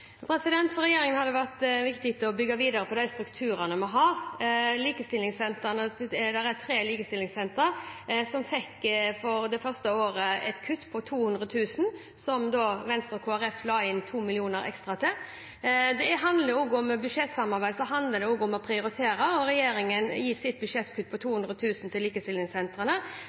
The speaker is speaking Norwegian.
For regjeringen har det vært viktig å bygge videre på de strukturene vi har. Det er tre likestillingssentre, som det første året fikk et kutt på 200 000 kr, og som Venstre og Kristelig Folkeparti la inn 2 mill. kr ekstra til. I budsjettsamarbeid handler det også om å prioritere, og når det gjelder budsjettkuttet på 200 000 kr til likestillingssentrene,